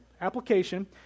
application